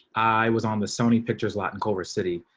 i was on the sony pictures lot in culver city,